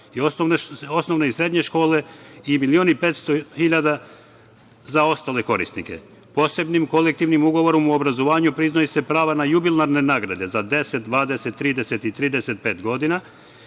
i osnovne i srednje škole i 1,5 miliona dinara za ostale korisnike. Posebnim kolektivnim ugovorom u obrazovanju priznaje se pravo na jubilarne nagrade za 10, 20, 30 i 35 godina,